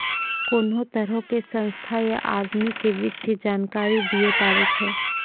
कोनो तरहो के संस्था या आदमी के वित्तीय जानकारी दियै पड़ै छै